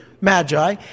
Magi